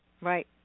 Right